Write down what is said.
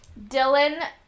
Dylan